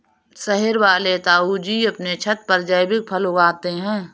शहर वाले ताऊजी अपने छत पर जैविक फल उगाते हैं